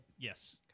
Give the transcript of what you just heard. Yes